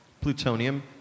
plutonium